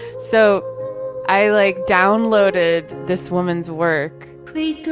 so i like downloaded this woman's work. please,